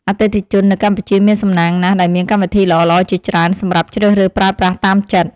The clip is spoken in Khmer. អតិថិជននៅកម្ពុជាមានសំណាងណាស់ដែលមានកម្មវិធីល្អៗជាច្រើនសម្រាប់ជ្រើសរើសប្រើប្រាស់តាមចិត្ត។